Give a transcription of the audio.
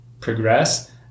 progress